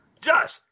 Josh